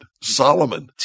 Solomon